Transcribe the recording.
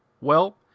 Well